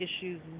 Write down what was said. issues